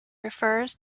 refers